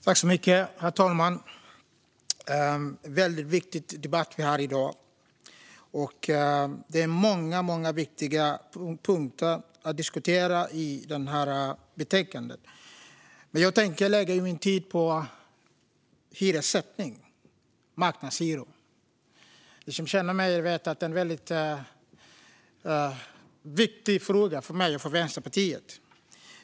Herr talman! Det är en väldigt viktig debatt vi har i dag, och det är många viktiga punkter i betänkandet att diskutera. Jag tänker lägga min tid på hyressättning och marknadshyror. De som känner mig vet att det är en viktig fråga för mig och Vänsterpartiet.